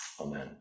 Amen